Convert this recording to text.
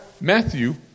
Matthew